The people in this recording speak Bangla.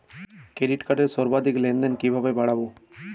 ক্রেডিট কার্ডের সর্বাধিক লেনদেন কিভাবে বাড়াবো?